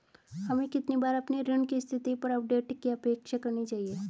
हमें कितनी बार अपने ऋण की स्थिति पर अपडेट की अपेक्षा करनी चाहिए?